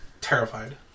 terrified